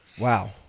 Wow